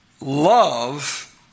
love